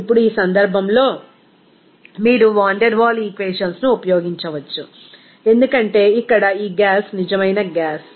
ఇప్పుడు ఈ సందర్భంలో మీరు వాన్ డెర్ వాల్ ఈక్వేషన్స్ ను ఉపయోగించవచ్చు ఎందుకంటే ఇక్కడ ఈ గ్యాస్ నిజమైన గ్యాస్